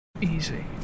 easy